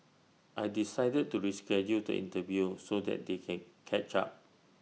I decided to reschedule the interview so that they can catch up